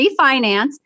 refinance